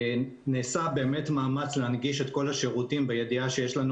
נעשה מאמץ להנגיש את כל השירותים בידיעה שיש לנו